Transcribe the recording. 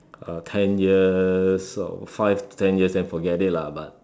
uh ten years or five to ten years then forget it lah but